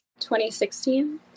2016